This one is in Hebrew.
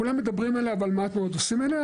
כולם מדברים עליה אבל מעט מאוד עושים עליה,